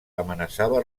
amenaçava